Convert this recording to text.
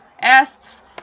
asks